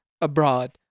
abroad